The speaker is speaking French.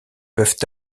peuvent